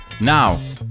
Now